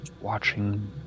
watching